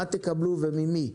מה תקבלו וממי,